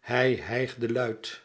hij hijgde luid